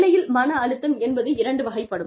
வேலையில் மன அழுத்தம் என்பது இரண்டு வகைப்படும்